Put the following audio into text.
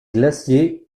glaciers